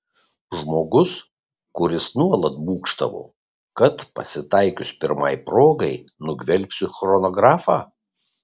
žmogus kuris nuolat būgštavo kad pasitaikius pirmai progai nugvelbsiu chronografą